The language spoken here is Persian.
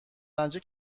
رنجه